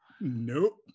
Nope